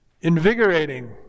invigorating